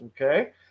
Okay